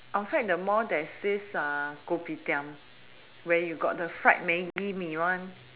outside the mall there is this Kopitiam than have this fried maggi mee one